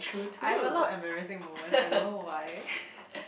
I have a lot embarrassing moments I don't know why